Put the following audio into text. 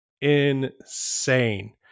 insane